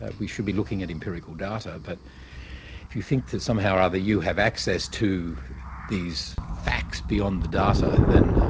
we should be looking at empirical data, but if you think that somehow or other you have access to these facts beyond the data, then